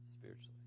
spiritually